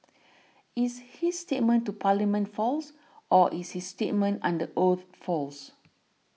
is his statement to Parliament false or is his statement under oath false